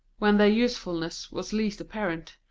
when their usefulness was least apparent,